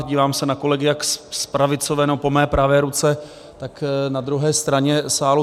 A dívám se na kolegy jak z pravicové, nebo po mé pravé ruce, tak na druhé straně sálu.